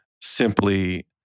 simply